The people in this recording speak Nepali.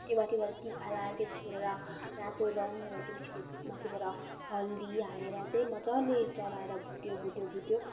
त्यहाँ माथिबाट तिखालाल त्यो पछिबाट रातो रङ र त्यो पछि माथिबाट हर्दी हालेर चाहिँ मज्जाले चलाएर भुट्यो भुट्यो भुट्यो